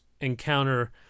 encounter